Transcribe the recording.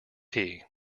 tea